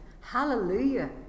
Hallelujah